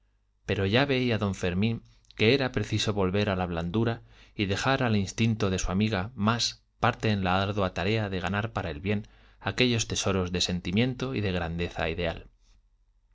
pero ya veía don fermín que era preciso volver a la blandura y dejar al instinto de su amiga más parte en la ardua tarea de ganar para el bien aquellos tesoros de sentimiento y de grandeza ideal